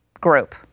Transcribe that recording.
group